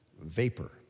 vapor